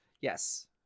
Yes